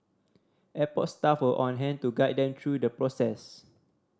airport staff were on hand to guide them through the process